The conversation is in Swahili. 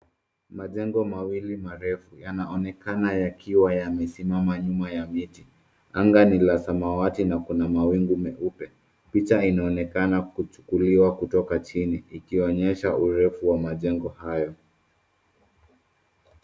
Majengo mawili marefu yanaonekana yakiwa yamesimama nyuma ya miti. Anga ni la samawati na kuna mawingu meupe. Picha inaonekana kuchukuliwa kutoka chini, ikiwaonyesha urefu wa majengo hayo.